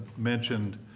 mentioned